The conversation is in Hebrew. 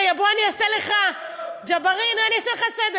רגע, בוא, ג'בארין, אני אעשה לך סדר.